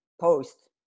post